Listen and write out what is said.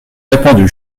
répandue